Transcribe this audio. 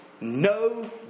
no